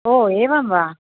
ओ एवं वा